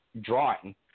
drawing